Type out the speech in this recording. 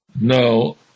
No